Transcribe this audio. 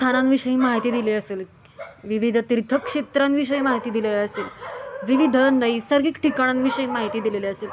स्थानांविषयी माहिती दिली असेल विविध तीर्थक्षेत्रांविषयी माहिती दिलेली असेल विविध नैसर्गिक ठिकाणांविषयी माहिती दिलेली असेल